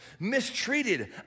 mistreated